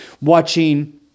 watching